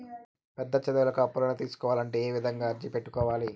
పెద్ద చదువులకు అప్పులను తీసుకోవాలంటే ఏ విధంగా అర్జీ పెట్టుకోవాలి?